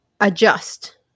adjust